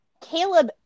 Caleb